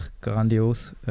grandios